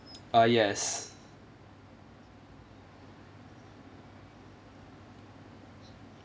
uh yes